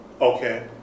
Okay